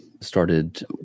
started